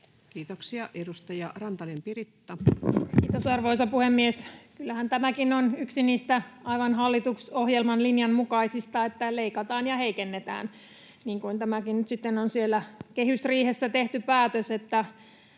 Time: 17:55 Content: Kiitos, arvoisa puhemies! Kyllähän tämäkin on yksi niistä aivan hallitusohjelman linjan mukaisista, että leikataan ja heikennetään, niin kuin tämäkin nyt sitten on siellä kehysriihessä tehty päätös, että